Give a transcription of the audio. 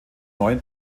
neuen